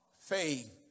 Faith